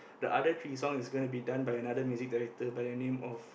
the other three songs is gonna be done by another music director by the name of